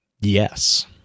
yes